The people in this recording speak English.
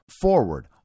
forward